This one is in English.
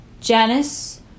Janice